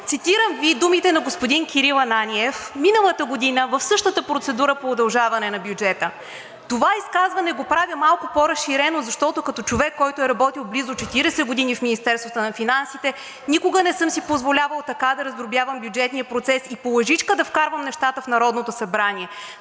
Цитирам Ви думите на господин Кирил Ананиев миналата година в същата процедура по удължаване на бюджета: „Това изказване го правя малко по-разширено, защото като човек, който е работил близо 40 години в Министерството на финансите, никога не съм си позволявал така да раздробявам бюджетния процес и по лъжичка да вкарвам нещата в Народното събрание.